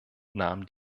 nahm